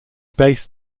based